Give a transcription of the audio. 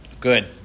Good